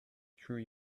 through